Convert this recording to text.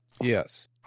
Yes